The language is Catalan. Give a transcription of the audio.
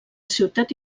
ciutat